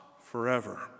forever